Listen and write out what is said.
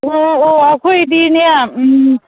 ꯑꯣ ꯑꯣ ꯑꯩꯈꯣꯏꯗꯤꯅꯦ